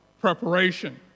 preparation